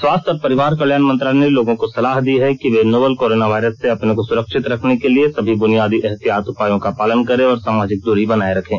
स्वास्थ्य और परिवार कल्याण मंत्रालय ने लोगों को सलाह दी है कि वे नोवल कोरोना वायरस से अपने को सुरक्षित रखने के लिए सभी बुनियादी एहतियाती उपायों का पालन करें और सामाजिक दूरी बनाए रखें